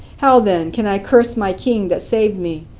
how then can i curse my king that saved me?